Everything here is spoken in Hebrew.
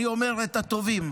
אני אומר את הטובים,